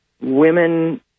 Women